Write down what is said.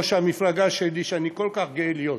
ולכן, אדוני היושב-ראש, אני רוצה לומר,